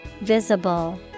Visible